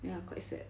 ya quite sad